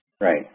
Right